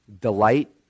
delight